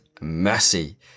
mercy